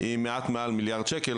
היא מעט מעל מיליארד שקל.